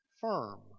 firm